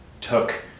took